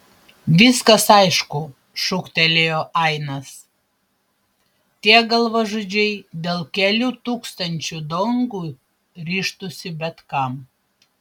viskas aišku šūktelėjo ainas tie galvažudžiai dėl kelių tūkstančių dongų ryžtųsi bet kam